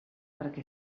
perquè